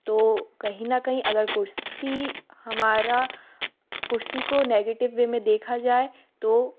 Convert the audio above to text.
तो कहीं ना कहीं अगर कुर्सी हमारा कुर्सी को नेगेटिव वे में देखा जाए तो